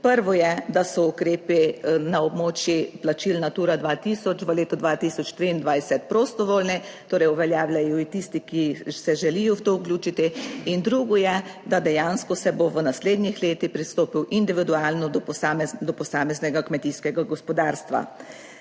Prvo je, da so ukrepi na območju plačil Natura 2000 v letu 2023 prostovoljni. Torej, uveljavljajo jih tisti, ki se želijo v to vključiti. In drugo je, da dejansko se bo v naslednjih letih pristopil individualno do posameznega kmetijskega gospodarstva.